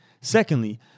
Secondly